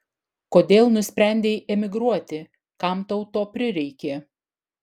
kodėl nusprendei emigruoti kam tau to prireikė